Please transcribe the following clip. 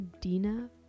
Dina